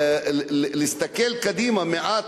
להסתכל קדימה מעט,